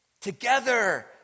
together